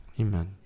Amen